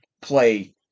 play